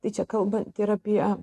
tai čia kalbant ir apie